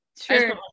Sure